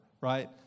right